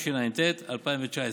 התשע"ט 2019,